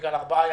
בגלל ארבעה ימים.